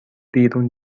بیرون